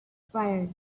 expired